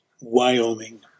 Wyoming